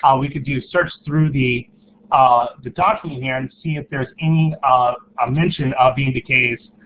um we could do search through the ah the document here and see if there's any ah ah mention of being the case